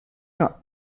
not